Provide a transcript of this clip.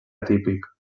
atípic